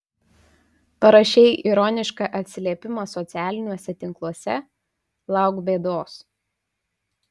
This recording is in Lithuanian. parašei ironišką atsiliepimą socialiniuose tinkluose lauk bėdos